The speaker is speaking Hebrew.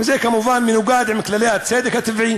וזה, כמובן, מנוגד לכללי הצדק הטבעי